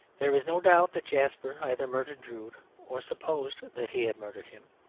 there is no doubt that jasper either murdered drood or supposed that he had murdered him.